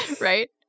Right